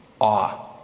Awe